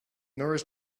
nourish